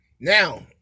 Now